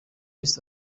east